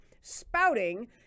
spouting